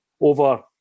over